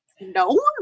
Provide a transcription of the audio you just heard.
No